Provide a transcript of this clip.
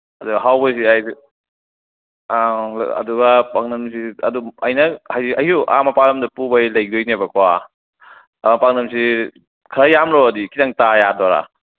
ꯑꯗꯨ ꯍꯥꯎꯕꯁꯤꯗ ꯍꯥꯏꯗꯤ ꯑꯥ ꯑꯗꯨꯒ ꯄꯥꯛꯅꯝꯁꯤ ꯑꯗꯨꯝ ꯑꯩꯅ ꯍꯌꯦꯡ ꯑꯌꯨꯛ ꯑꯥ ꯃꯄꯥꯜꯂꯝꯗ ꯄꯨꯕꯒꯤ ꯂꯩꯗꯣꯏꯅꯦꯕꯀꯣ ꯑꯗ ꯄꯥꯛꯅꯝꯁꯤ ꯈꯔ ꯌꯥꯝ ꯂꯧꯔꯗꯤ ꯈꯤꯇꯪ ꯇꯥ ꯌꯥꯗꯣꯏꯔꯥ